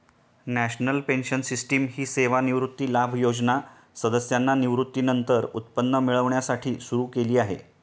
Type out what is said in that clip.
national pension system ही सेवानिवृत्ती लाभ योजना सदस्यांना सेवानिवृत्तीनंतर उत्पन्न मिळण्यासाठी सुरू केली आहे